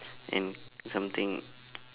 and something